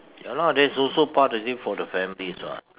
ya lah that's also part of it for the families [what]